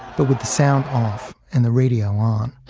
but with the sound off and the radio on,